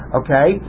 okay